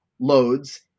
loads